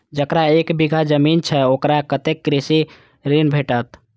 जकरा एक बिघा जमीन छै औकरा कतेक कृषि ऋण भेटत?